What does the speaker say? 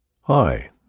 Hi